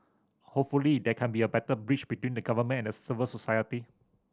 hopefully there can be a better bridge between the Government and civil society